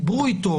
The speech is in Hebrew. דיברו אתו,